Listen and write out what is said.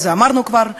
את זה אמרנו כבר,